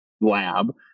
lab